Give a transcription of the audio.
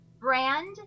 brand